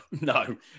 no